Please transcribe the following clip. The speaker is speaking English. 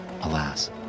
Alas